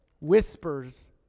whispers